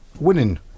winning